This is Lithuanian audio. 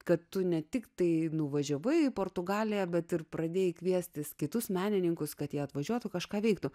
kad tu ne tiktai nuvažiavai į portugaliją bet ir pradėjai kviestis kitus menininkus kad jie atvažiuotų kažką veiktų